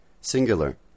Singular